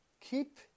keep